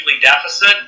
deficit